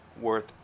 worth